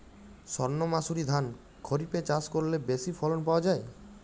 সর্ণমাসুরি ধান খরিপে চাষ করলে বেশি ফলন পাওয়া যায়?